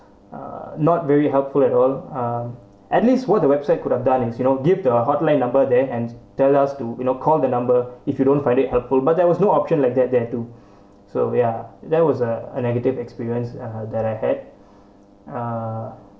uh not very helpful at all uh at least what the website could've done you know give the hotline number there and tell us to you know call the number if you don't find it helpful but there was no option like that they have to so ya there was a a negative experience uh that I had uh